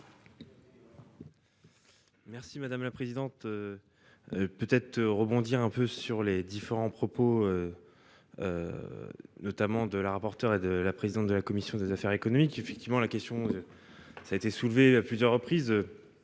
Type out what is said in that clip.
Merci madame la présidente. Peut-être rebondir un peu sur les différents propos. Notamment de la rapporteure et de la présidente de la commission des affaires économiques effectivement la question. Ça a été soulevée à plusieurs reprises.